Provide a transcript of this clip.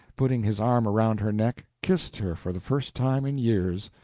putting his arm around her neck, kissed her for the first time in years.